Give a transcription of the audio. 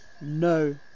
NO